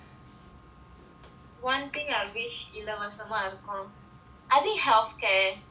one thing I wish இலவசமா இருக்கும்:ilavasamaa irukkum I think healthcare